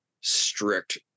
strict